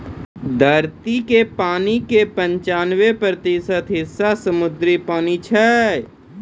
धरती के पानी के पंचानवे प्रतिशत हिस्सा समुद्री पानी छै